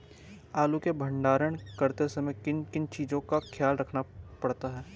आलू के भंडारण करते समय किन किन चीज़ों का ख्याल रखना पड़ता है?